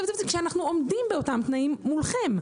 וזה כשאנחנו עומדים באותם תנאים מולכם.